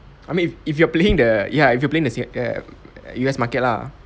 I mean if if you are playing the ya if you are playing the sing~ err U_S market lah